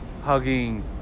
Hugging